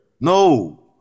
No